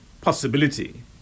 possibility